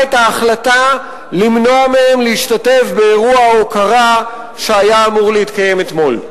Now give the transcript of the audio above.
את ההחלטה למנוע מהם להשתתף באירוע ההוקרה שהיה אמור להתקיים אתמול.